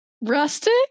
Rustic